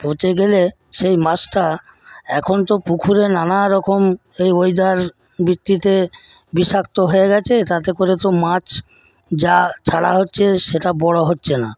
পচে গেলে সেই মাছটা এখন তো পুকুরে নানারকম এই ওয়েদার বৃষ্টিতে বিষাক্ত হয়ে গেছে তাতে করে তো মাছ যা ছাড়া হচ্ছে সেটা বড় হচ্ছে না